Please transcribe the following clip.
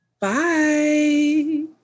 Bye